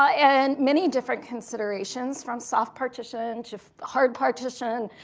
and many different considerations, from soft partition to hard partition,